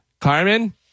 carmen